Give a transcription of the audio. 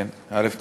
אדוני היושב-ראש,